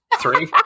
Three